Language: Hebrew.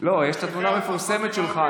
יש את התמונה המפורסמת שלך,